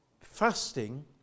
fasting